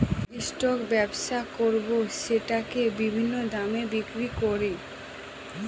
stock ব্যবসা করাবো সেটাকে বিভিন্ন দামে বিক্রি করে